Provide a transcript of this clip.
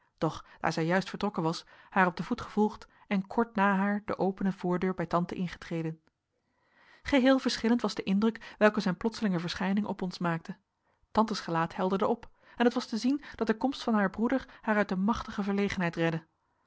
doch daar zij juist vertrokken was haar op den voet gevolgd en kort na haar de opene voordeur bij tante ingetreden geheel verschillend was de indruk welke zijn plotselinge verschijning op ons waakte tantes gelaat helderde op en het was te zien dat de komst van haar broeder haar uit een machtige verlegenheid redde